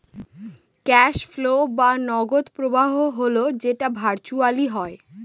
cash flow বা নগদ প্রবাহ হল যেটা ভার্চুয়ালি হয়